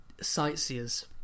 Sightseers